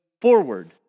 forward